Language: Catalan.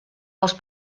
els